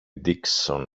dickson